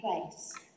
place